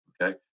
okay